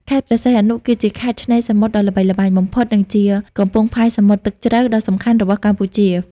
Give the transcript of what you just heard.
ខេត្តព្រះសីហនុ គឺជាខេត្តឆ្នេរសមុទ្រដ៏ល្បីល្បាញបំផុត និងជា កំពង់ផែសមុទ្រទឹកជ្រៅ ដ៏សំខាន់របស់កម្ពុជា។